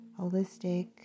Holistic